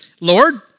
Lord